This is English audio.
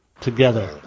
together